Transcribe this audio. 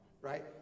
Right